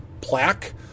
plaque